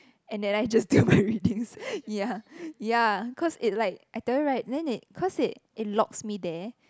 and then I just do my readings ya ya cause it like I tell you [right] then it cause it it locks me there